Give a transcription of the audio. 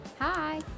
hi